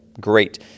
Great